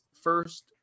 first